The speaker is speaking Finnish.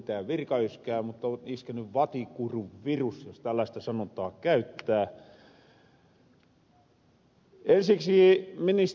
anteeksi ei ollut mitään virkayskää mutta on iskeny vatikurunvirus jos tällaista sanontaa käyttää